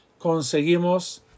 conseguimos